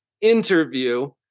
interview